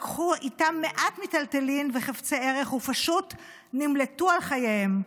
לקחו איתן מעט מיטלטלין וחפצי ערך ופשוט נמלטו על חייהן.